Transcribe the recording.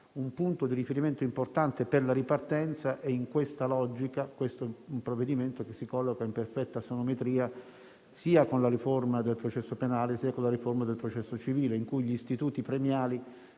un punto di riferimento importante per la ripartenza: in questa logica, il provvedimento in esame si colloca in perfetta assonometria sia con la riforma del processo penale, sia con la riforma del processo civile, in cui gli istituti premiali